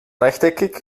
rechteckig